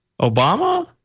Obama